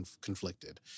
conflicted